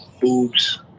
boobs